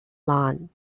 line